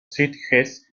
sitges